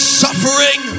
suffering